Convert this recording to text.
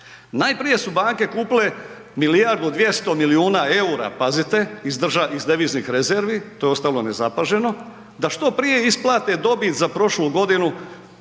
Najprije su banke kupile milijardu 200 milijuna eura, pazite, iz državnih rezervi, to je ostalo nezapaženo da što prije isplate dobit za prošlu godinu